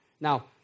Now